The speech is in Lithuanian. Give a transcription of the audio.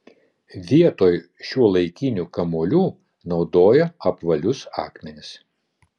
vietoj šiuolaikinių kamuolių naudojo apvalius akmenis